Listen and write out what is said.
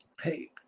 Hey